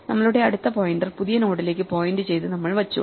നമ്മളുടെ അടുത്ത പോയിന്റർ പുതിയ നോഡിലേക്ക് പോയിന്റ് ചെയ്ത് നമ്മൾ വെച്ചു